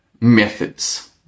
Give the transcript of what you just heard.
methods